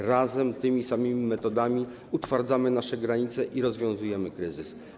Razem tymi samymi metodami utwardzamy nasze granice i rozwiązujemy kryzys.